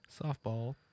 Softball